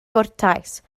gwrtais